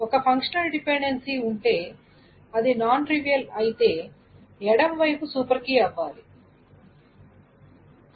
ఒక functional dependency ఉంటే అది నాన్ ట్రివియల్ అయితే ఎడమ వైపు సూపర్ కీ అవ్వాలి అని చెప్పడానికి ప్రయత్నిస్తుంది